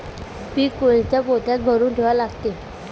पीक कोनच्या पोत्यात भरून ठेवा लागते?